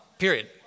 period